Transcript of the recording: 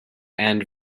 and